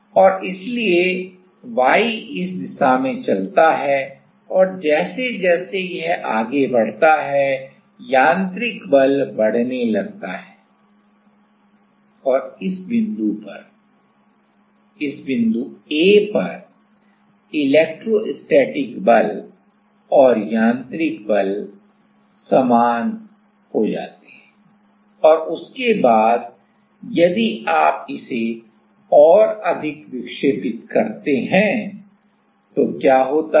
और इसलिए y इस दिशा में चलता है और जैसे जैसे यह आगे बढ़ता है यांत्रिक बल बढ़ने लगता है और इस बिंदु पर A इलेक्ट्रोस्टैटिक बल और यांत्रिक बल समान होते हैं और उसके बाद यदि आप इसे और अधिक विक्षेपित करते हैं तो क्या होता है